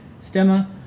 Stemma